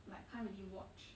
like can't really watch